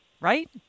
right